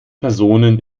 personen